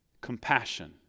Compassion